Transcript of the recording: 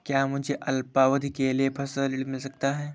क्या मुझे अल्पावधि के लिए फसल ऋण मिल सकता है?